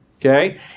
okay